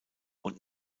und